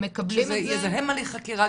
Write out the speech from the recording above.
שזה יזהם הליך חקירה?